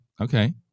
okay